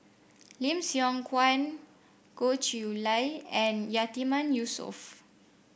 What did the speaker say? Lim Siong Guan Goh Chiew Lye and Yatiman Yusof